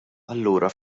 allura